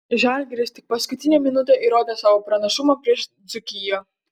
žalgiris tik paskutinę minutę įrodė savo pranašumą prieš dzūkiją